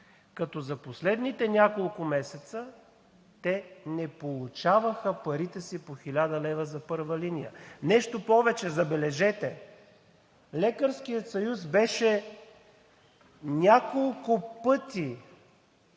като за последните няколко месеца те не получаваха парите си по 1000 лв. за първа линия. Нещо повече, забележете, Лекарският съюз беше няколко пъти,